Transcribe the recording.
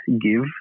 give